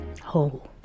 whole